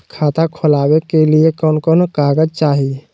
खाता खोलाबे के लिए कौन कौन कागज चाही?